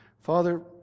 Father